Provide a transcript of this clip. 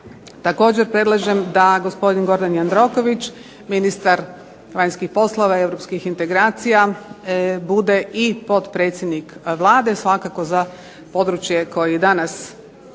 Također predlažem da gospodin Gordan Jandroković, ministar vanjskih poslova i europskih integracija, bude i potpredsjednik Vlade svakako za područje koje i danas kako